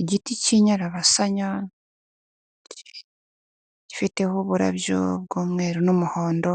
Igiti cy'inyarabasanya gifiteho uburabyo bw'umweru n'umuhondo,